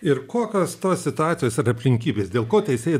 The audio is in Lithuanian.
ir kokios tos situacijos ir aplinkybės dėl ko teisėjai